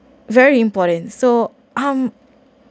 very important so um